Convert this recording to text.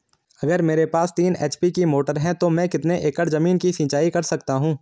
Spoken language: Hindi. अगर मेरे पास तीन एच.पी की मोटर है तो मैं कितने एकड़ ज़मीन की सिंचाई कर सकता हूँ?